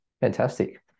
Fantastic